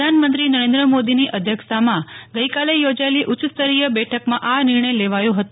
પ્રધાનમંત્રી નરેન્દ્ર મોદીની અધ્યક્ષતામાં ગઈકાલે યોજાયેલી ઉચ્ય સ્તરીય બેઠકમાં આ નિર્ણય લેવાયો હતો